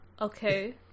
Okay